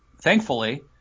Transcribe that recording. thankfully